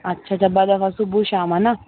अच्छा त ॿ दफ़ा सुबुहु शाम हा न